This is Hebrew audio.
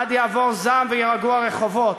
עד יעבור זעם ויירגעו הרחובות.